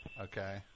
Okay